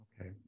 Okay